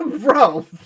Bro